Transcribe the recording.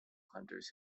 hunters